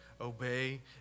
obey